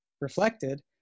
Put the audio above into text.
reflected